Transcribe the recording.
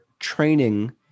training